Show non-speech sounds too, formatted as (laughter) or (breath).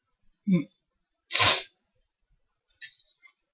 mm (breath)